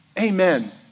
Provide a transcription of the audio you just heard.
amen